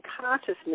consciousness